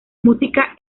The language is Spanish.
música